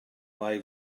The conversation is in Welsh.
mae